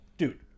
Dude